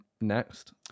next